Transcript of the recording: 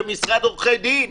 ומשרד עורכי דין?